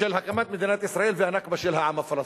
הקמת מדינת ישראל והנכבה של העם הפלסטיני.